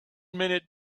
minute